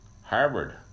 Harvard